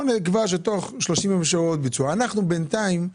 אנחנו בינתיים,